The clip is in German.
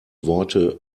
worte